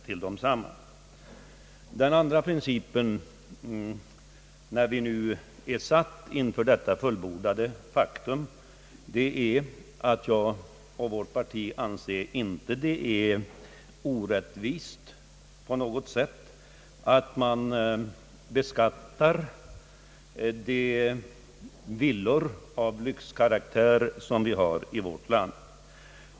För det andra vill jag säga, när vi nu ställts inför detta fullbordade faktum, att jag och vårt parti inte på något sätt anser det orättvist att man beskattar de villor av lyxkaraktär som finns i vårt land.